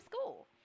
school